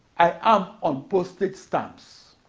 i am on postage stamps.